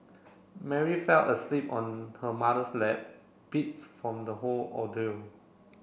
Mary fell asleep on her mother's lap beat from the whole ordeal